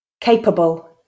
Capable